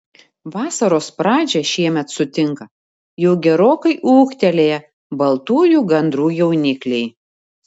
vasaros pradžią šiemet sutinka jau gerokai ūgtelėję baltųjų gandrų jaunikliai